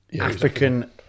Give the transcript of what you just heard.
African